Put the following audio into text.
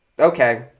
Okay